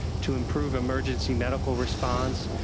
to improve emergency medical response,